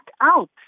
out